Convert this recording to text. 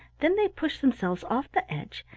then they pushed themselves off the edge,